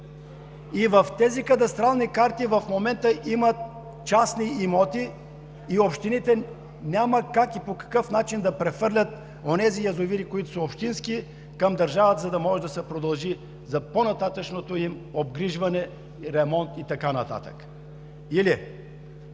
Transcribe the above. В тези кадастрални карти в момента има частни имоти. Общините няма как и по какъв начин да прехвърлят онези язовири, които са общински, към държавата, за да може да се продължи по-нататъшното им обгрижване, ремонт и така нататък. Или,